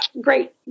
great